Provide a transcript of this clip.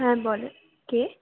হ্যাঁ বল কে